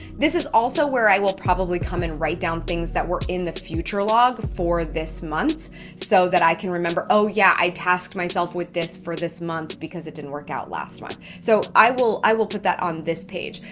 this is also where i will probably come and write down things that were in the future log for this month so that i can remember, oh, yeah, i tasked myself with this for this month because it didn't work out last month. so i will i will put that on this page.